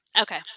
Okay